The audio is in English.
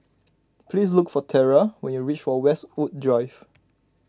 please look for Terra when you reach for Westwood Drive